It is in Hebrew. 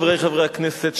חברי חברי הכנסת,